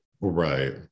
Right